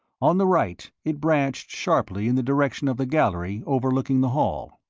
on the right it branched sharply in the direction of the gallery overlooking the hall.